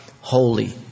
Holy